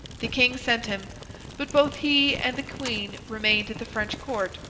the king sent him but, both he and the queen remained at the french court,